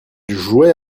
jouait